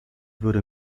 würde